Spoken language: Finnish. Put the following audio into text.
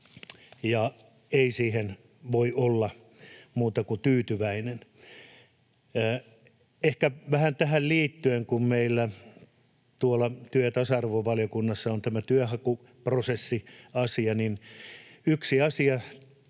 ei siihen voi olla muuta kuin tyytyväinen. Ehkä vähän tähän liittyen, kun meillä työ- ja tasa-arvovaliokunnassa on tämä työnhakuprosessiasia, niin yksi asia